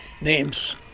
names